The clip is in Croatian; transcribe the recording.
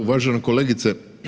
Uvažena kolegice.